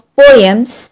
poems